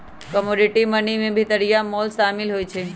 commodity money में भितरिया मोल सामिल होइ छइ